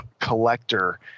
collector